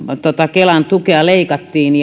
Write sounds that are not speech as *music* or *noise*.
kelan tukea leikattiin *unintelligible*